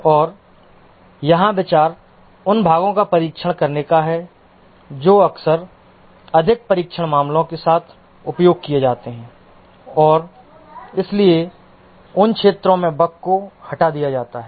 और यहां विचार उन भागों का परीक्षण करने का है जो अक्सर अधिक परीक्षण मामलों के साथ उपयोग किए जाते हैं और इसलिए उन क्षेत्रों में बग को हटा दिया जाता है